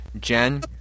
Jen